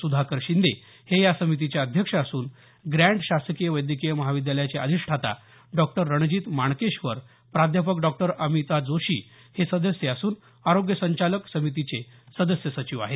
सुधाकर शिंदे हे या समितीचे अध्यक्ष असून ग्रॅण्ट शासकीय वैद्यकीय महाविद्यालयाचे अधिष्ठाता डॉक्टर रणजीत माणकेश्वर प्राध्यापक डॉक्टर अमिता जोशी हे सदस्य असून आरोग्य संचालक समितीचे सदस्य सचिव आहेत